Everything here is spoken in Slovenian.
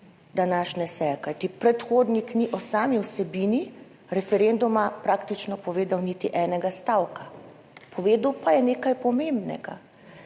današnje seje, kajti predhodnik ni o sami vsebini referenduma praktično povedal niti enega stavka. Povedal pa je nekaj pomembnega,